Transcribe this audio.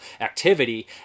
activity